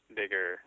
bigger